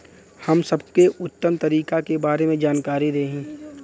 हम सबके उत्तम तरीका के बारे में जानकारी देही?